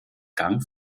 gang